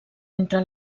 entre